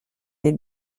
dei